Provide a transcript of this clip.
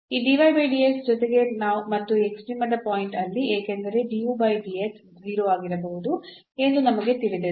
ಈ ಜೊತೆಗೆ ಮತ್ತು ಈ ಎಕ್ಸ್ಟ್ರೀಮದ ಪಾಯಿಂಟ್ ಅಲ್ಲಿ ಏಕೆಂದರೆ 0 ಆಗಿರಬೇಕು ಎಂದು ನಮಗೆ ತಿಳಿದಿದೆ